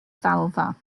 ddalfa